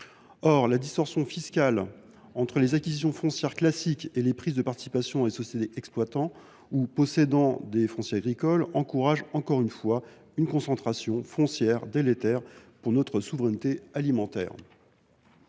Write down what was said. Or la distorsion fiscale entre les acquisitions foncières classiques et les prises de participation dans les sociétés exploitant ou possédant du foncier agricole encourage une concentration foncière délétère pour notre souveraineté alimentaire.